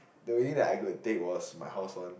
the way that I could take was my house one